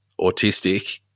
autistic